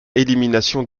élimination